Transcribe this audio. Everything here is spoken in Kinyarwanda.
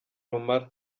rumara